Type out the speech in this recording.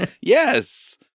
Yes